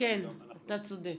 אתה צודק.